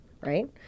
right